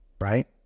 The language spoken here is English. right